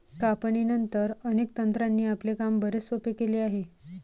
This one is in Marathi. कापणीनंतर, अनेक तंत्रांनी आपले काम बरेच सोपे केले आहे